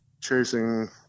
chasing